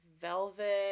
Velvet